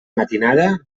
matinada